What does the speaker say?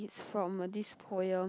it's from uh this poem